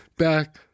back